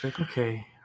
okay